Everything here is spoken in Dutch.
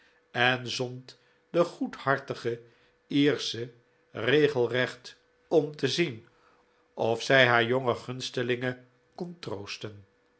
en zond de goedhartige iersche regelrecht om te zien of zij haar jonge gunstelinge